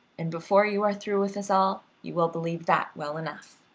and before you are through with us all you will believe that well enough.